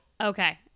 Okay